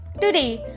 Today